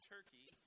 Turkey